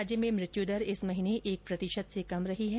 राज्य में मृत्यू दर इस महीने एक प्रतिशत से कम रही है